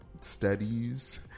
studies